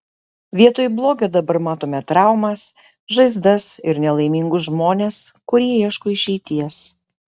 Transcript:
vietoj blogio dabar matome traumas žaizdas ir nelaimingus žmones kurie ieško išeities